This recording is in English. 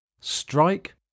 strike